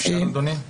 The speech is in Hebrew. אפשר, אדוני?